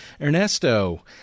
Ernesto